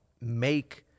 make